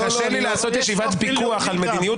לא --- קשה לי לעשות ישיבת פיקוח על מדיניות